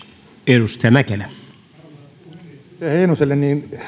edustaja heinoselle